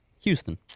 Houston